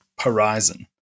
horizon